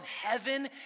heaven